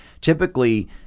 Typically